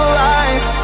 lies